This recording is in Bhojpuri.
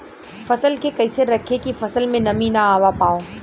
फसल के कैसे रखे की फसल में नमी ना आवा पाव?